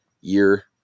year